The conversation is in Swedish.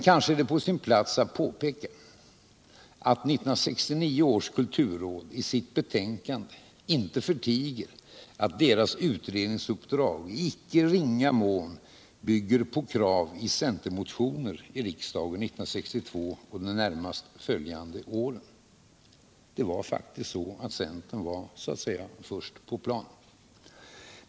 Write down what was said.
Kanske är det på sin plats att påpeka att 1969 års kulturråd i sitt betänkande inte förtiger att rådets utredningsuppdrag i icke ringa mån bygger på krav i centermotioner i riksdagen 1962 och de närmast följande åren. Centern var faktiskt så att säga först på plan.